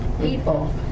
people